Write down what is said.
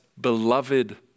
beloved